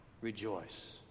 Rejoice